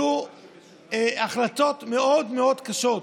אלה החלטות מאוד מאוד קשות.